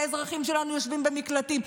כשהאזרחים שלנו יושבים במקלטים,